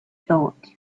thought